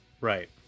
Right